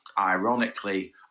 ironically